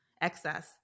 excess